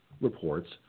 reports